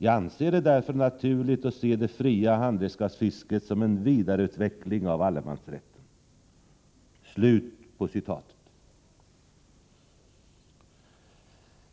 Jag anser det därför naturligt att se det fria handredskapsfisket som en vidareutveckling av allemansrätten.”